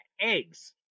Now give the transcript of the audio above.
eggs